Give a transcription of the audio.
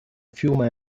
fiume